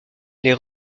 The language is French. les